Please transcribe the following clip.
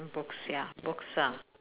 books ya books ah